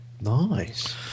Nice